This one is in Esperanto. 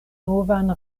novan